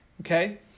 Okay